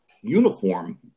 uniform